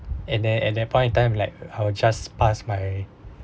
and then at that point in time like I will just pass my